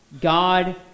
God